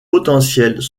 potentiels